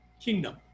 kingdom